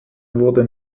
wurde